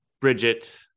Bridget